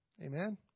Amen